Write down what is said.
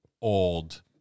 old